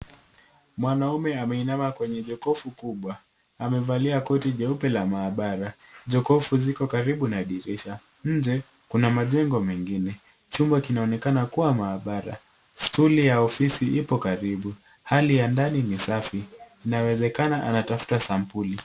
Mwanaume ameinama kwenye jokofu kubwa amevalia koti jeupe la maabara. Jokofu ziko karibu na dirisha. Nje kuna majengo mengine. Chumba kinaonekana kuwa maabara. Stuli ya ofisi ipo karibu hali ya ndani ni safi inawezekana anatafuta sampuli.